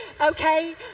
okay